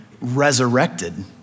resurrected